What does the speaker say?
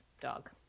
dog